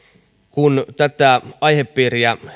kun tätä aihepiiriä